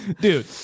Dude